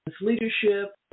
leadership